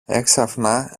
έξαφνα